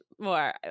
more